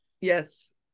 yes